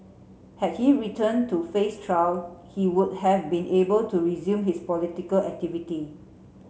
had he returned to face trial he would have been able to resume his political activity